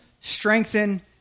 strengthen